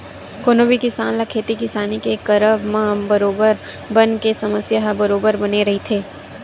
कोनो भी किसान ल खेती किसानी के करब म बरोबर बन के समस्या ह बरोबर बने रहिथे ही